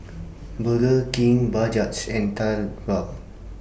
Burger King Bajaj and TheBalm